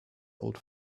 old